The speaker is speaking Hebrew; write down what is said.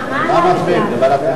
מה האופציה?